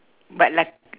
but like